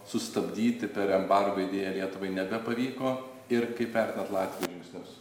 sustabdyti per embargo idėją lietuvai nebepavyko ir kaip vertinat latvių žingsnius